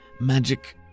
Magic